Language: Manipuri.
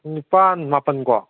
ꯅꯤꯄꯥꯟ ꯃꯥꯄꯟꯀꯣ